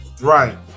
Right